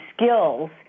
skills